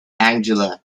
angela